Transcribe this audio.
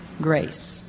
grace